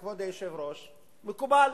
כבוד היושב-ראש, מקובל